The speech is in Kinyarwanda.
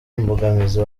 mbogamizi